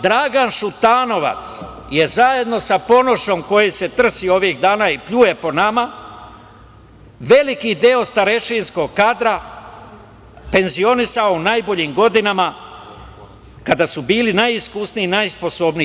Dragan Šutanovac je zajedno sa Ponošom, koji se trsi ovih dana i pljuje po nama, veliki deo starešinskog kadra penzionisao u najboljim godinama, a kada su bili najiskusniji i najsposobniji.